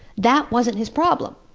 that wasn't his problem.